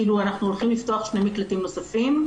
כאילו אנחנו הולכים לפתוח שני מקלטים נוספים,